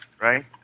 right